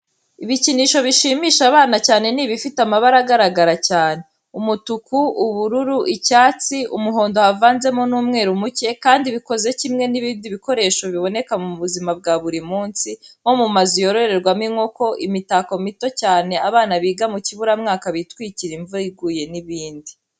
Ibikinisho bishimisha abana cyane ni ibifite amabara agaragara cyane: umutuku, ubururu, icyatsi, umuhondo havanzemo n'umweru muke, kandi bikoze kimwe n'ibindi bikoresho biboneka mu buzima bwa buri munsi, nko mu mazu yororerwamo inkoko, imitako mito cyane abana biga mu kiburamwaka bitwikira imvura iguye n'ibindi.